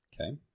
Okay